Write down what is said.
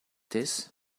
this